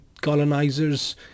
colonizers